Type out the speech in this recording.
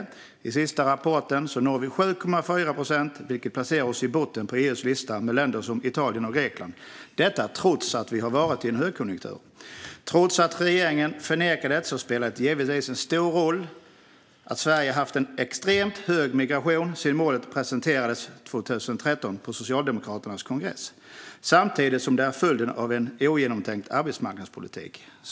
Enligt den senaste rapporten når vi 7,4 procent, vilket placerar oss i botten av EU:s lista tillsammans med länder som Italien och Grekland - detta trots att vi har varit i en högkonjunktur. Även om regeringen förnekar det spelar det givetvis stor roll att Sverige haft en extremt hög migration sedan målet presenterades 2013 på Socialdemokraternas kongress, samtidigt som det vi ser är följden av en ogenomtänkt arbetsmarknadspolitik.